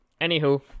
Anywho